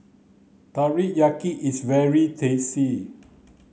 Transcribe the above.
teriyaki is very tasty